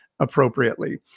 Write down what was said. Appropriately